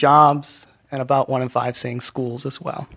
jobs and about one in five saying schools as well